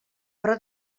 però